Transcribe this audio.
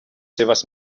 seves